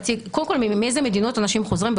מאיזה מדינות אנשים חוזרים,